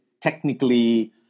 technically